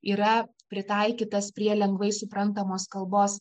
yra pritaikytas prie lengvai suprantamos kalbos